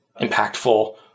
impactful